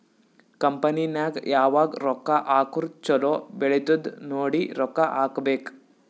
company ನಾಗ್ ಯಾವಾಗ್ ರೊಕ್ಕಾ ಹಾಕುರ್ ಛಲೋ ಬೆಳಿತ್ತುದ್ ನೋಡಿ ರೊಕ್ಕಾ ಹಾಕಬೇಕ್